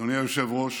אדוני היושב-ראש,